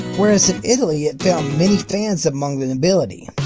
where, as in italy, it found many fans among the nobility.